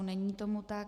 Není tomu tak.